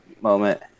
moment